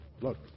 look